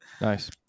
Nice